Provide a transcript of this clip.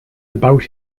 about